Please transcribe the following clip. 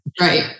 right